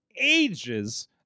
ages